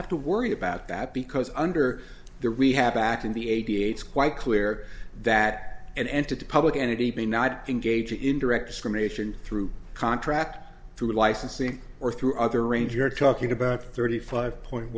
have to worry about that because under the rehab act in the eighty eight is quite clear that an entity public entity be not engage in direct discrimination through contract through licensing or through other range you're talking about thirty five point